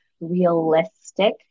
realistic